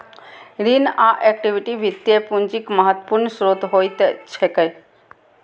ऋण आ इक्विटी वित्तीय पूंजीक महत्वपूर्ण स्रोत होइत छैक